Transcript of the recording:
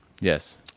Yes